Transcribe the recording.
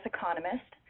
Economist